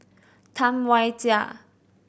Tam Wai Jia